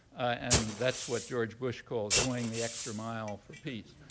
and that's what george bush calls going the extra mile for peace.